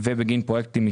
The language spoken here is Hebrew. ישלחו לך תשובה במהלך הדיון.